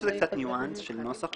אני חושב שזה קצת ניואנס של נוסח,